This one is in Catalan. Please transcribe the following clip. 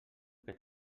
que